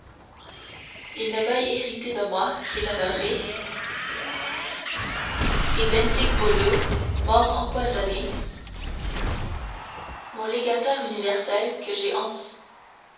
il ne veuille hériter de moi et ne me ré et bentivoglio morts empoisonnés mon légataire universel que j'ai